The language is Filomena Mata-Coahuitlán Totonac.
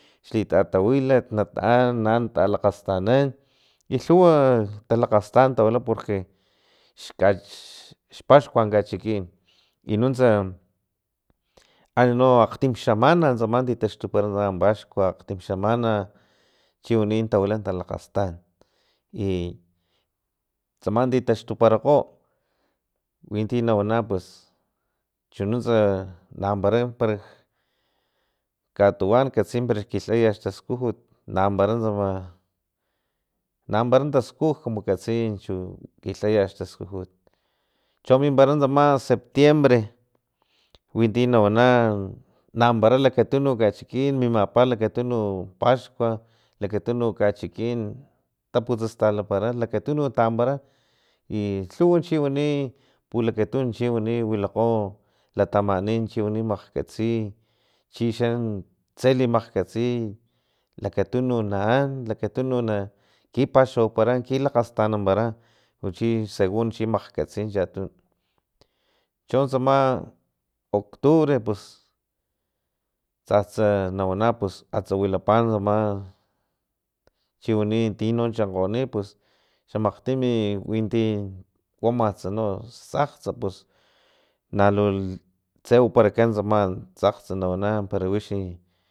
Xlitatawilat nataan talakgastanan i lhuwa tlakastan tawila porque xka xpaxkua kachikin i nuntsa an no akgtim xamana tsama titaxtupara paxkua akgtim xamana chiwanin tawila talakgastan i tsama titaxtuparakgo winti nawana pus chununtsa na ampara parak katuwan katsi para kilhaya staskujut nampara tsama nampara taskuj porque katsi chu kilhaya xtaskujut cho mimpara tsama septiembre winti nawana nampara lakatununk kachikin mimapa lakatununk paxkua lakatunu kachikin taputsastalapara lakatununk tampara i lhuw chiwani pulakatunuk chiwani wilakgo latamanin chiwani makgatsi chixan tse limakgkatsi lakatununk naan lakatunu na kipaxawapara kilakgastanampara luchi segun chi makgatsi chatunu chontsama octubre pus tsatsa nawana pus atsa wilapa ama chiwani tino chankgoni pus xamakgtimi winti wamatsa na xtsakgtsa nalu tsewaparakan tsama tsakgtsa nawana pra wixi